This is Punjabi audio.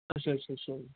ਅੱਛਾ ਅੱਛਾ ਅੱਛਾ ਜੀ